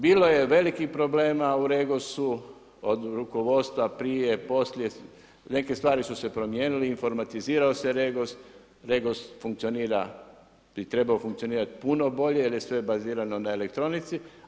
Bilo je velikih problema u REGOS-u, od rukovodstva, prije poslije, neke stvari su se promijenile, informatizirano se REGOS, REGOS bi trebao funkcionirati puno bolje, jer je sve bazirano na elektronici.